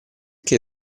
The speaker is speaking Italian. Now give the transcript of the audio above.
che